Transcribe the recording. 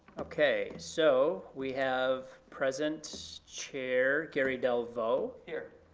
okay, so we have present chair gary delveaux. here.